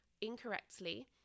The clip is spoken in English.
incorrectly